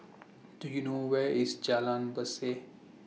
Do YOU know Where IS Jalan Berseh